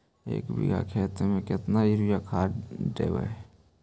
एक बिघा खेत में केतना युरिया खाद देवै?